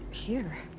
here!